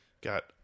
got